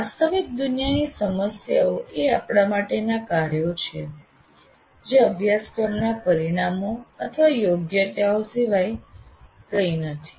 વાસ્તવિક દુનિયાની સમસ્યાઓ એ આપણા માટેના કાર્યો છે જે અભ્યાસક્રમના પરિણામો અથવા યોગ્યતાઓ સિવાય કંઈ નથી